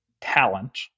talent